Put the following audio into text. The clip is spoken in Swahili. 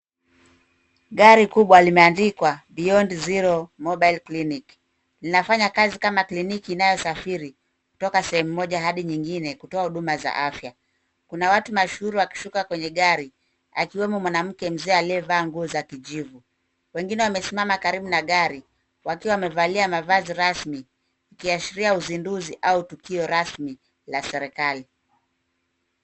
Gari kubwa kimeandikwa beyond zero mobile clinic linafanya kazi kama kliniki inayo safiri kutoka sehemu moja hadi nyingine kutoa huduma za afya. Kuna watu mashuhuri wakishuka kwenye gari akiwemo mwanamke mzee aliye vaa nguo za kijivu. Wengine wamesimama karibu na gari wakiwa wamevalia mavazi rasmi wakiashiria uzinduzi au tukio rasmi la serikali.